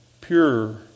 pure